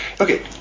Okay